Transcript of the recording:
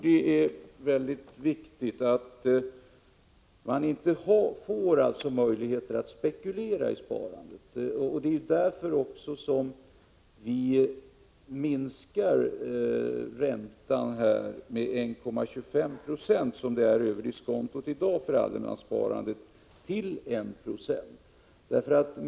Det är väldigt viktigt att man inte får möjlighet att spekulera i sparandet. Det är därför som vi sänker räntan inom allemanssparandet med 1,25 procentenheter. Det är lika mycket som räntan inom allemanssparandet i dag ligger över diskontot.